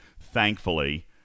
Thankfully